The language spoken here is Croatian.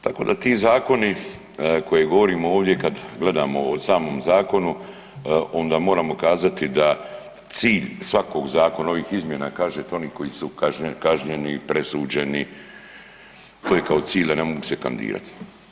Tako da ti zakoni koje govorimo ovdje kad gledamo od samom zakonu onda moramo kazati da cilj svakog zakon ovih izmjena, kažete onih koji su kažnjeni, presuđeni, to je kao cilj da ne mogu se kandidirati.